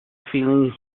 feeling